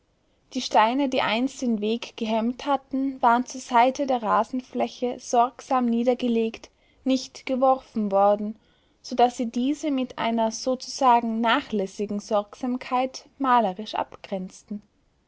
die steine die einst den weg gehemmt hatten waren zur seite der rasenfläche sorgsam niedergelegt nicht geworfen worden so daß sie diese mit einer sozusagen nachlässigen sorgsamkeit malerisch abgrenzten